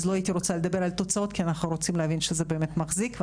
לא הייתי רוצה לדבר על תוצאות כי אנחנו רוצים להבין שזה באמת מחזיק.